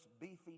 beefy